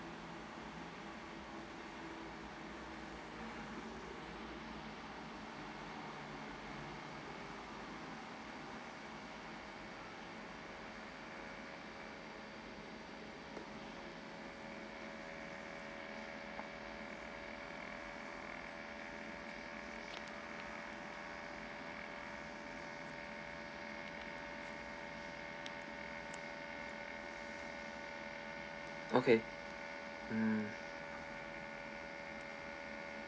okay mm